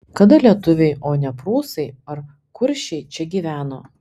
kada lietuviai o ne prūsai ar kuršiai čia gyveno